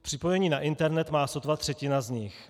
Připojení na internet má sotva třetina z nich.